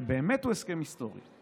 שהוא באמת הסכם היסטורי.